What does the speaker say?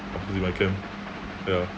opposite my camp ya